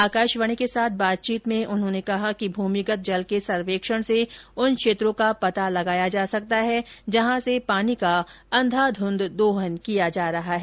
आकाशवाणी के साथ बातचीत में उन्होंने कहा कि मूमिगत जल के सर्वेक्षण से उन क्षेत्रों का पता लगाया जा सकता है जहां से पानी का अंधाधुंध दोहन किया गया है